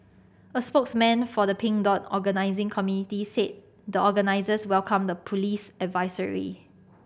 a spokesman for the Pink Dot organising committee said the organisers welcomed the police advisory